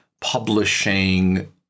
publishing